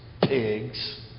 pigs